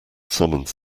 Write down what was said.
summons